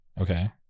Okay